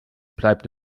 bleibt